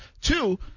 Two